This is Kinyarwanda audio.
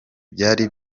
byari